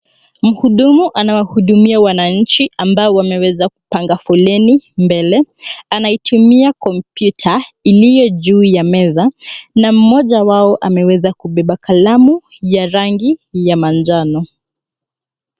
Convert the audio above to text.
Mhudumu anawahudumia wananchi ambao wameweza kupanga foleni mbele. Anaitumia kompyuta ilio juu ya meza na mmoja wao ameweza kubeba kalamu ya rangi ya manjano.